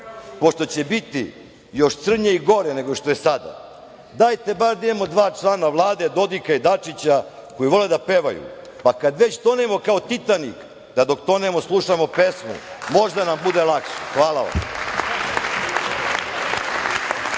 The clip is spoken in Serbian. će biti još crnje i gore nego što je sada, dajte bar da imamo dva člana Vlade, Dodika i Dačića, koji vole da pevaju, pa kad već tonemo kao Titanik, da dok tonemo slušamo pesmu, možda nam bude lakše. Hvala.